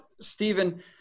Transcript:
Stephen